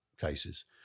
cases